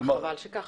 --- חבל שזה כך.